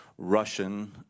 Russian